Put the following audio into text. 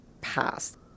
past